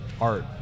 art